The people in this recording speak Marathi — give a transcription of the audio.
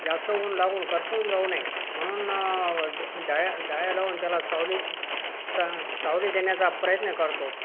जास्त ऊन लागून करपून जाऊ नये म्हणून ज् जाळ्या जाळ्या लावून त्याला सावली स् सा सावली देण्याचा प्रयत्न करतो आहोत